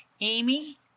Amy